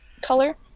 color